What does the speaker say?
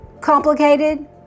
complicated